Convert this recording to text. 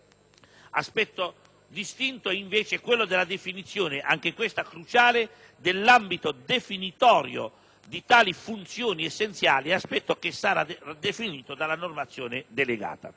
Aspetto distinto, invece, è quello della definizione, anche questa cruciale, dell'ambito definitorio di tali funzioni essenziali, aspetto che sarà definito dalla normazione delegata.